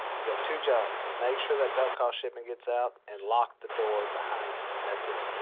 you got two jobs. make sure the duck call shipment gets out, and lock the door behind you. that's it.